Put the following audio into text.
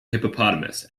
hippopotamus